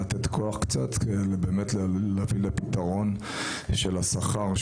לתת כוח כדי להביא לפתרון השכר.